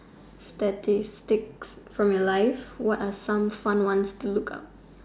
the statistics from your life what are some fun ones to look up